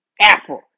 apple